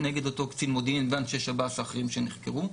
נגד אותו קצין מודיעין ואנשי שב"ס האחרים שנחקרו.